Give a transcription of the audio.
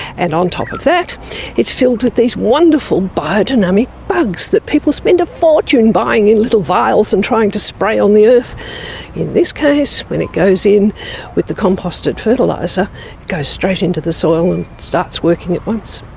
and on top of that it is filled with these wonderful biodynamic bugs that people spend a fortune buying in little phials and trying to spray on the earth. in this case when it goes in with the composted fertiliser it goes straight into the soil and starts working at once.